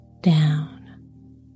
down